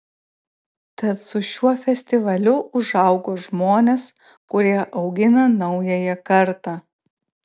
tad su šiuo festivaliu užaugo žmonės kurie augina naująją kartą